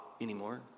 anymore